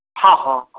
हँ हँ